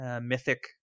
mythic